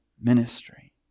ministry